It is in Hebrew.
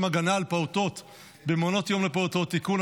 הגנה על פעוטות במעונות יום לפעוטות (תיקון),